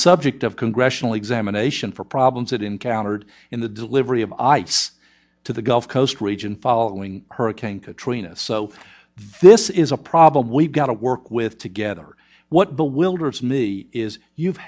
subject of congressional examination for problems it encountered in the delivery of ice to the gulf coast region following hurricane katrina so this is a problem we've got to work with together what bewilders me is you've